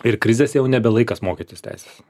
ir krizėse jau nebe laikas mokytis teisės